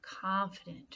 confident